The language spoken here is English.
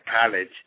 college